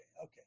okay